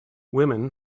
women